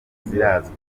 zirazwi